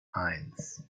eins